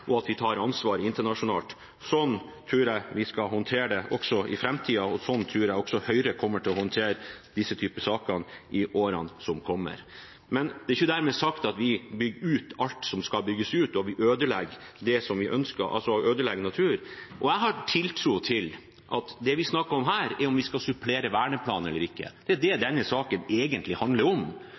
og at vi tar ansvar internasjonalt. Slik tror jeg vi skal håndtere det også i framtiden, og slik tror jeg også Høyre kommer til å håndtere denne typen saker i årene som kommer. Men det er jo ikke dermed sagt at vi bygger ut alt som kan bygges ut, og at vi ødelegger natur. Jeg har tiltro til at det vi snakker om her, er om vi skal supplere verneplanen eller ikke. Det er det denne saken egentlig handler om.